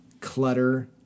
clutter